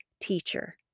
teacher